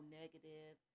negative